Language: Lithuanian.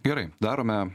gerai darome